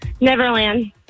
Neverland